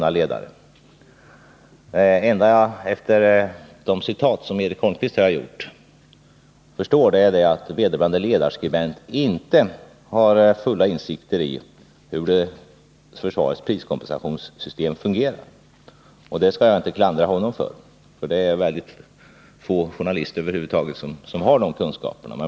Av Eric Holmqvists citat ur artikeln förstår jag dock att vederbörande ledarskribent inte har fulla insikter i hur försvarets priskompensationssystem fungerar. Det skall jag inte klandra honom för, därför att det är över huvud taget få journalister som har de kunskaperna.